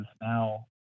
now